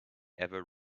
ever